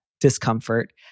discomfort